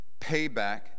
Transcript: payback